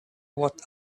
what